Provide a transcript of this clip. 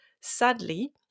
Sadly